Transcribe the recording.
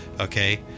okay